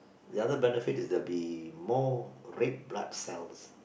the other benefit is that there'll be more red blood cell